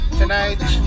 tonight